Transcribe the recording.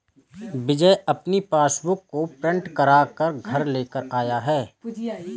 विजय अपनी पासबुक को प्रिंट करा कर घर लेकर आया है